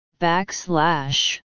Backslash